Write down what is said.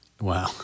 Wow